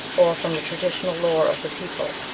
or from the traditional lore of the people,